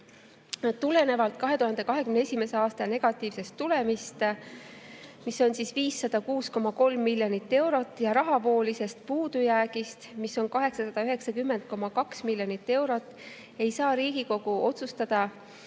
Tulenevalt 2021. aasta negatiivsest tulemist, mis on 506,3 miljonit eurot, ja rahavoolisest puudujäägist, mis on 890,2 miljonit eurot, ei saa Riigikogu otsustada